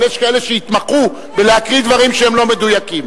אבל יש כאלה שהתמחו להקריא דברים שהם לא מדויקים.